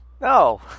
No